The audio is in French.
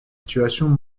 situation